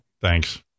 Thanks